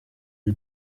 iyi